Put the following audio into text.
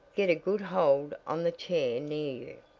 get a good hold on the chair near you,